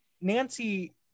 Nancy